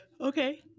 Okay